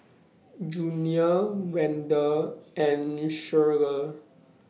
Junior Wende and Shirlie